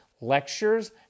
lectures